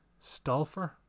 Stolfer